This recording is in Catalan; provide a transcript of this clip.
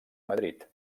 madrid